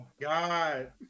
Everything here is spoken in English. god